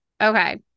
Okay